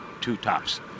two-tops